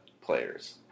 players